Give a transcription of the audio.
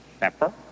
pepper